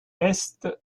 est